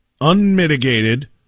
unmitigated